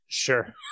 Sure